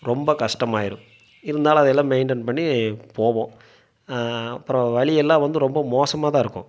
ரொம்ப கஷ்டமாயிடும் இருந்தாலும் அதெல்லாம் மெயின்டெயின் பண்ணி போவோம் அப்றம் வழி எல்லாம் வந்து ரொம்ப மோசமாக தான் இருக்கும்